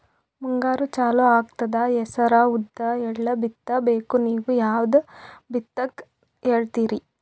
ಮುಂಗಾರು ಚಾಲು ಆಗ್ತದ ಹೆಸರ, ಉದ್ದ, ಎಳ್ಳ ಬಿತ್ತ ಬೇಕು ನೀವು ಯಾವದ ಬಿತ್ತಕ್ ಹೇಳತ್ತೀರಿ?